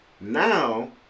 now